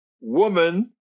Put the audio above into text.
woman